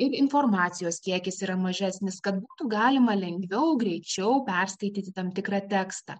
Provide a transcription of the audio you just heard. ir informacijos kiekis yra mažesnis kad būtų galima lengviau greičiau perskaityti tam tikrą tekstą